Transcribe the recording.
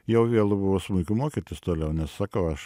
jau vėlu buvo smuiku mokytis toliau nes sakau aš